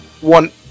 One